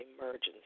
emergency